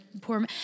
poor